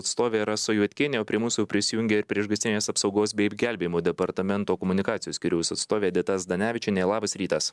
atstovė rasa juodkienė o prie mūsų prisijungė ir priešgaisrinės apsaugos bei gelbėjimo departamento komunikacijos skyriaus atstovė dita zdanevičienė labas rytas